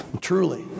Truly